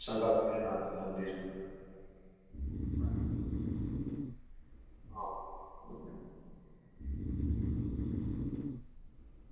શંકર ભોલેનાથનું મંદિર બરાબર હ